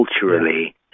culturally